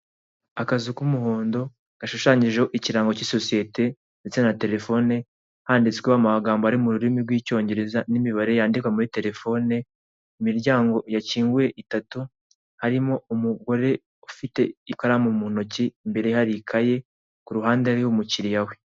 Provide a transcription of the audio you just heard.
Akazu k'umuhondo gashushanyijeho ikirango cy'isosiyete ndetse na terefone, handitsweho amagambo ari mu rurimi rw'icyongereza n'imibare yandikwa muri terefone, imiryango yakinguwe itatu, harimo umugore ufite ikaramu mu ntoki, imbere ye hari ikaye, ku ruhande hariho umukiriya we.